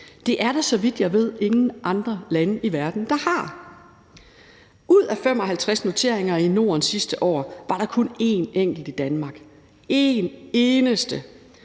Det er der, så vidt jeg ved, ingen andre lande i verden der har. Ud af 55 noteringer i Norden sidste år var der kun en enkelt i Danmark – en eneste.